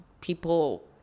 People